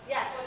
Yes